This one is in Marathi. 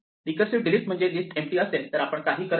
रीकर्सिव्ह डिलीट म्हणजे लिस्ट एम्पटी असेल तर आपण काहीही करत नाही